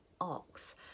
Ox